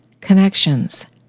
connections